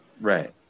Right